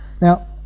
Now